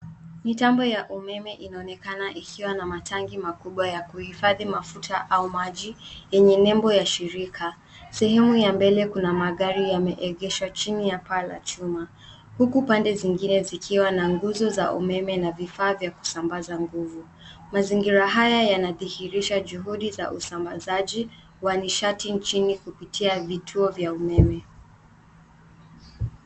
Mitambo ya umeme inaonekana ikiwa na matangi makubwa ya kuhifadhi mafuta au maji yenye nembo ya shirika. Sehemu ya mbele kuna magari yameegeshwa chini ya paa la chuma huku pande zingine zikiwa na nguzo za umeme na vifaa vya kusambaza nguvu. Mazingira haya yanadhihirisha juhudi za usambazaji wa nishati nchini kupitia vituo vya umeme.